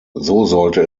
sollte